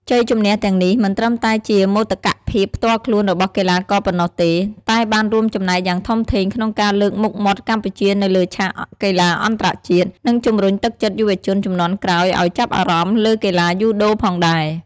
ជ័យជម្នះទាំងនេះមិនត្រឹមតែជាមោទកភាពផ្ទាល់ខ្លួនរបស់កីឡាករប៉ុណ្ណោះទេ តែបានរួមចំណែកយ៉ាងធំធេងក្នុងការលើកមុខមាត់កម្ពុជានៅលើឆាកកីឡាអន្តរជាតិ និងជំរុញទឹកចិត្តយុវជនជំនាន់ក្រោយឲ្យចាប់អារម្មណ៍លើកីឡាយូដូផងដែរ ។